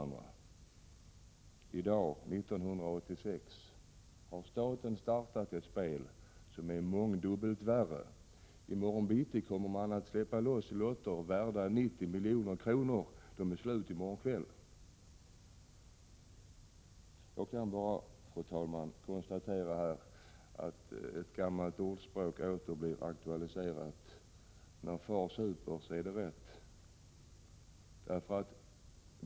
Nu, 1986, har staten startat ett spel som är mångdubbelt värre. I morgon bittida kommer man att släppa loss lotter för 90 milj.kr. De kommer att vars slutsålda i morgon kväll. Jag kan bara konstatera att ett gammalt ordspråk åter är aktuellt: när far super är det rätt.